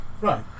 Right